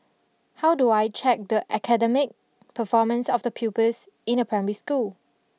how do I check the academic performance of the pupils in a primary school